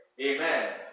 Amen